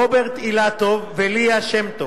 רוברט אילטוב וליה שמטוב,